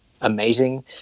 amazing